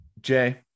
Jay